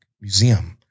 museum